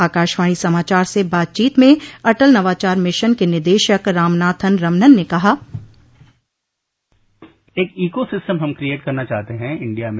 आकाशवाणी समाचार से बातचीत में अटल नवाचार मिशन के निदेशक रामनाथन रमनन ने कहा एक इको सिस्टम हम क्रिएट करना चाहते हैं इंडिया में